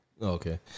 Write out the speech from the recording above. okay